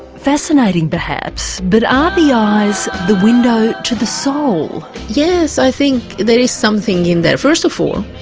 fascinating perhaps, but are the eyes the window to the soul? yes, i think there is something in there. first of all,